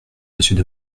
monsieur